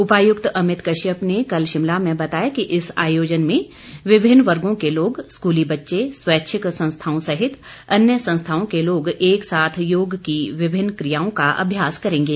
उपायुक्त अमित कश्यप ने कल शिमला में बताया कि इस आयोजन में विभिन्न वर्गों के लोग स्कूली बच्चे स्वैच्छिक संस्थाओं सहित अन्य संस्थाओं के लोग एकसाथ योग की विभिन्न कियाओं का अभ्यास करेंगे